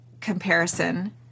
comparison